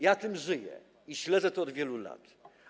Ja tym żyję, śledzę to od wielu lat.